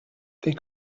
they